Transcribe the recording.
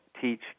teach